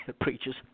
preachers